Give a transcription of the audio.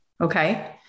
Okay